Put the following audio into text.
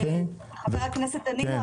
חבר הכנסת דנינו,